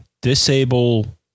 disable